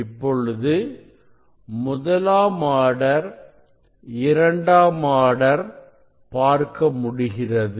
இப்பொழுது முதலாம் ஆர்டர் இரண்டாம் ஆர்டர் பார்க்க முடிகிறது